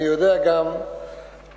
אני יודע גם כיוון